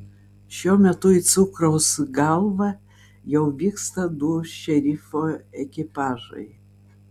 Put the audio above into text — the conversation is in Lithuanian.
šiuo metu į cukraus galvą jau vyksta du šerifo ekipažai